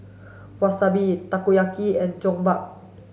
Wasabi Takoyaki and Jokbal